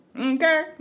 Okay